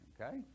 okay